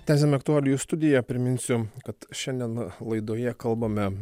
tęsiame aktualijų studiją priminsiu kad šiandien laidoje kalbame